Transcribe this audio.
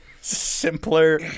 Simpler